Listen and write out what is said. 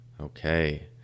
Okay